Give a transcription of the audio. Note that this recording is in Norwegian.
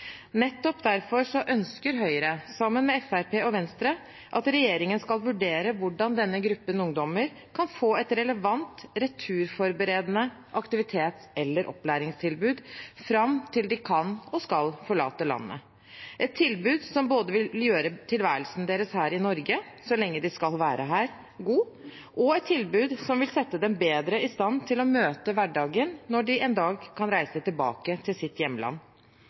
Nettopp derfor ønsker Høyre, sammen med Fremskrittspartiet og Venstre, at regjeringen skal vurdere hvordan denne gruppen ungdommer kan få et relevant, returforberedende aktivitets- eller opplæringstilbud fram til de kan – og skal – forlate landet, et tilbud som både vil gjøre tilværelsen deres god her i Norge, så lenge de skal være her, og et tilbud som vil sette dem bedre i stand til å møte hverdagen når de en dag kan reise tilbake til sitt hjemland.